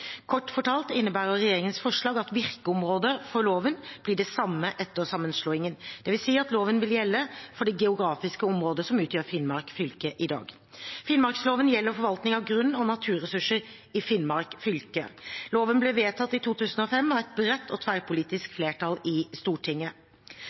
Kort fortalt innebærer regjeringens forslag at virkeområdet for loven blir det samme etter sammenslåingen. Det vil si at loven vil gjelde for det geografiske området som utgjør Finnmark fylke i dag. Finnmarksloven gjelder forvaltning av grunn og naturressurser i Finnmark fylke. Loven ble vedtatt i 2005 av et bredt og tverrpolitisk